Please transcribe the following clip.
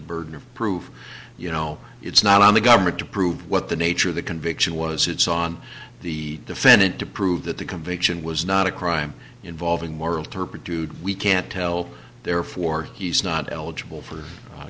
burden of proof you know it's not on the government to prove what the nature of the conviction was it's on the defendant to prove that the conviction was not a crime involving moral turpitude we can't tell therefore he's not eligible for